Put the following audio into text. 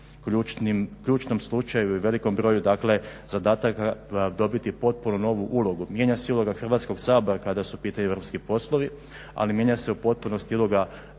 ključnom slučaju i velikom broju zadataka dobiti potpuno novu ulogu. Mijenja se i uloga Hrvatskog sabora kada su u pitanju europski poslovi, ali mijenja se u potpunosti i uloga